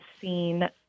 seen